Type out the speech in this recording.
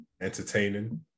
entertaining